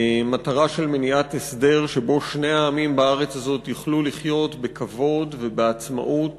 מטרה של מניעת הסדר שבו שני העמים בארץ הזאת יוכלו לחיות בכבוד ובעצמאות